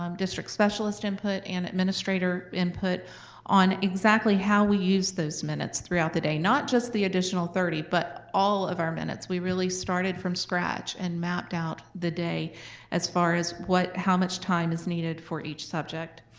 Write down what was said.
um district specialist input, and administrator input on exactly how we use those minutes throughout the day. not just the additional thirty, but all of our minutes. we really started from scratch and mapped out the day as far as how much time is needed for each subject.